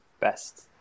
Best